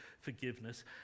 forgiveness